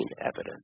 evidence